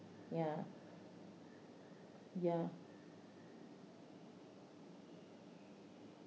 ya ya